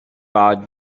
odd